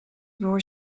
było